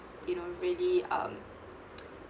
you know really um